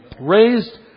raised